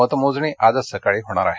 मतमोजण आजच सकाळी होणार आहे